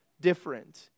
different